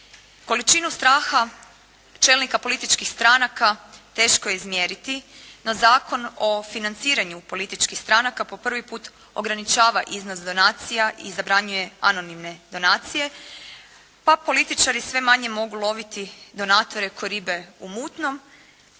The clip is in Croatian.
Količinu straha čelnika političkih stranaka teško je izmjeriti, no Zakon o financiranju političkih stranaka po prvi puta ograničava iznos donacija i zabranjuje anonimne donacije pa političari sve manje mogu loviti donatore kao ribe u mutnom